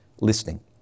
listening